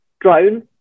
drone